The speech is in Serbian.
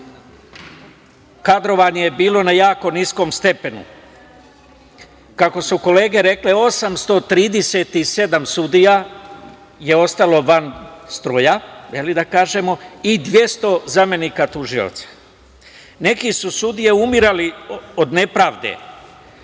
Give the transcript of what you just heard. Kadrovanje je bilo na jako niskom stepenu. Kako su kolege rekle 837 sudija je ostalo van stroja, da kažemo, i 200 zamenika tužioca. Neke su sudije umirale od nepravde,